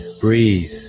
Breathe